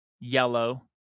yellow